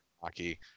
hockey